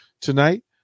tonight